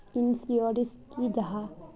Insurance की जाहा?